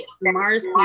Mars